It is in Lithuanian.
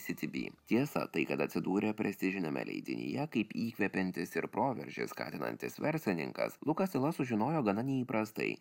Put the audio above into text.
city bee tiesa tai kad atsidūrė prestižiniame leidinyje kaip įkvepiantis ir proveržį skatinantis verslininkas lukas yla sužinojo gana neįprastai